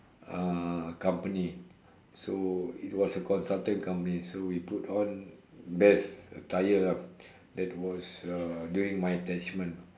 uh company so it was a consultant company so we put on best attire lah that was uh during my attachment